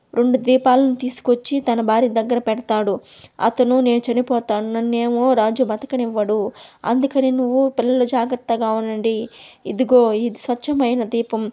రెండు దీపాలను తీసుకొచ్చి తన భార్య దగ్గర పెడతాడు అతను నేను చనిపోతాను నన్నేమో రాజు బతకనివ్వడు అందుకని నువ్వు పిల్లలు జాగ్రత్తగావుండండి ఇదిగో ఇది స్వచ్ఛమైన దీపం